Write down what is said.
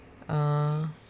uh